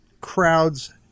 crowds